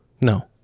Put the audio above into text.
No